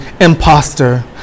imposter